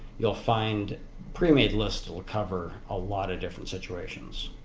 you'll find premade lists that'll cover a lot of different situations.